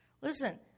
Listen